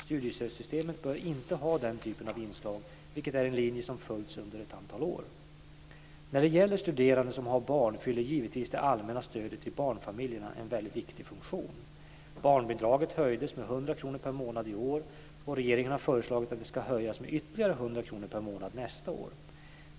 Studiestödssystemet bör inte ha den typen av inslag, vilket är en linje som följts under ett antal år. När det gäller studerande som har barn fyller givetvis det allmänna stödet till barnfamiljerna en viktig funktion. Barnbidraget höjdes med 100 kr per månad i år, och regeringen har föreslagit att det ska höjas med ytterligare 100 kr per månad nästa år.